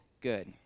good